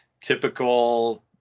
typical